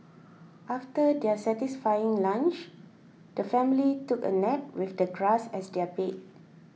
after their satisfying lunch the family took a nap with the grass as their bed